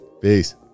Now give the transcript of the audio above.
Peace